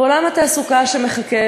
ועולם התעסוקה שמחכה,